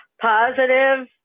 positive